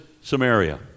Samaria